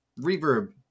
reverb